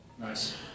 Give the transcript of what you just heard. Nice